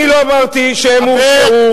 אני לא אמרתי שהם הורשעו,